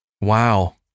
Wow